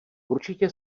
určitě